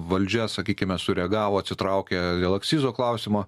valdžia sakykime sureagavo atsitraukė dėl akcizo klausimo